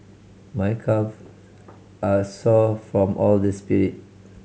my calf are sore from all the sprint